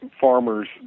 farmers